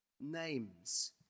Names